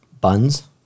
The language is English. buns